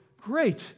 Great